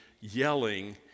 yelling